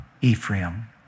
Ephraim